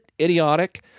idiotic